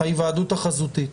ההיוועדות החזותית?'.